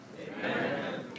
Amen